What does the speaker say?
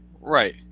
Right